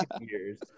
years